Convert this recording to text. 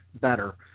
better